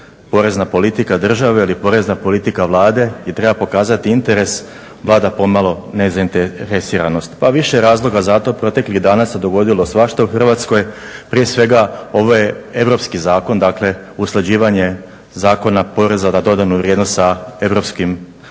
porezna politika države ili porezna politika Vlade gdje treba pokazati interes Vlada pomalo nezainteresiranost. Pa više razloga za to, proteklih dana se dogodilo svašta u Hrvatskoj. Prije svega ovo je europski zakon, dakle, usklađivanje Zakona poreza na dodanu vrijednost sa europskim pravom